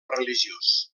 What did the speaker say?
religiós